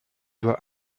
doit